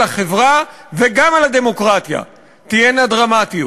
על החברה וגם על הדמוקרטיה תהיינה דרמטיות.